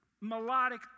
melodic